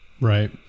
Right